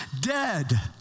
dead